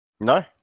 No